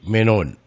Menon